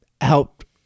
helped